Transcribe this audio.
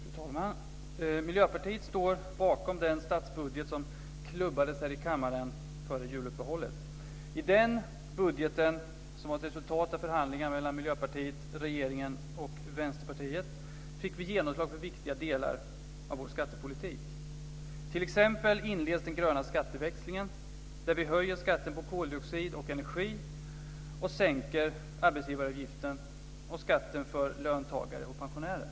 Fru talman! Miljöpartiet står bakom den statsbudget som klubbades här i kammaren före juluppehållet. I den budgeten, som var ett resultat av förhandlingar mellan Miljöpartiet, regeringen och Vänsterpartiet, fick vi genomslag för viktiga delar av vår skattepolitik. T.ex. inleds den gröna skatteväxlingen, där vi höjer skatten på koldioxid och energi och sänker arbetsgivaravgiften och skatten för löntagare och pensionärer.